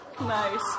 Nice